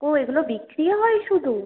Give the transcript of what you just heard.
ও এইগুলো বিক্রি হয় শুধু